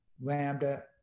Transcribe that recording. Lambda